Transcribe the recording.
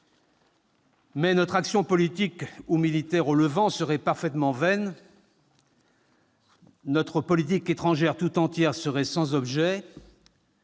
Mais notre action politique ou militaire au Levant serait parfaitement vaine, notre politique étrangère tout entière serait sans objet,